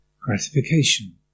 gratification